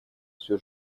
все